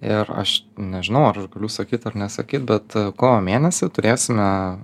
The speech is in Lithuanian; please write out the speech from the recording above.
ir aš nežinau ar aš galiu sakyt ar nesakyt bet kovo mėnesį turėsime